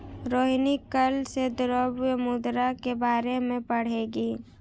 रोहिणी कल से द्रव्य मुद्रा के बारे में पढ़ेगी